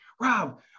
Rob